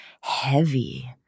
heavy